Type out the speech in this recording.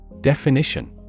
Definition